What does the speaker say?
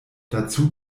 dazu